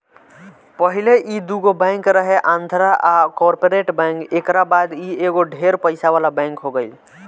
पहिले ई दुगो बैंक रहे आंध्रा आ कॉर्पोरेट बैंक एकरा बाद ई एगो ढेर पइसा वाला बैंक हो गईल